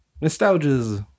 nostalgia's